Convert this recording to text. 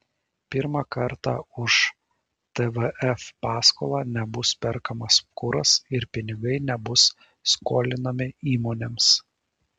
pirmą kartą už tvf paskolą nebus perkamas kuras ir pinigai nebus skolinami įmonėms